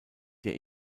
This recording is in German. der